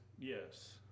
yes